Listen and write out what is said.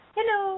Hello